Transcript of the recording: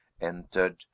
entered